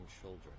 children